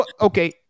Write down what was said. Okay